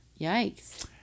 Yikes